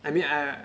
I mean I